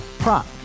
Prop